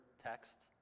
Text